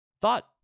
thought